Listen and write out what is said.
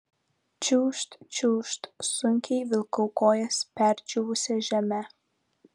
čiūžt čiūžt sunkiai vilkau kojas perdžiūvusia žeme